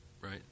right